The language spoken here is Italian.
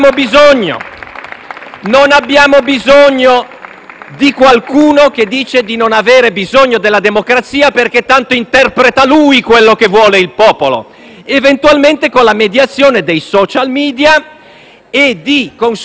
Non abbiamo bisogno di qualcuno che dice di non aver bisogno della democrazia, perché tanto interpreta lui quello che vuole il popolo, eventualmente con la mediazione dei *social media* e di consultazioni